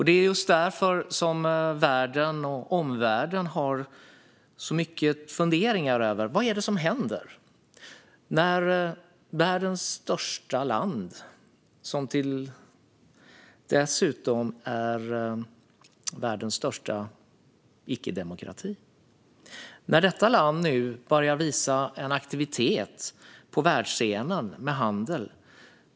Det är därför omvärlden har så mycket funderingar över vad det är som händer när världens största land, som dessutom är världens största icke-demokrati, nu börjar visa en aktivitet på världsscenen för handel.